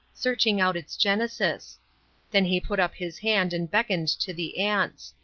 searching out its genesis then he put up his hand and beckoned to the aunts.